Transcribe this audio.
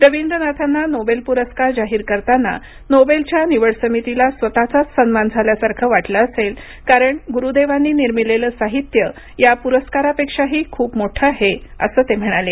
रवींद्रनाथांना Nobel पुरस्कार जाहीर करताना नोबेलच्या निवड समितीला स्वतःचाच सन्मान झाल्यासारखं वाटलं असेल कारण गुरुदेवांनी निर्मिलेलं साहित्य या पुरस्कारापेक्षाही खूप मोठं आहे अस ते म्हणाले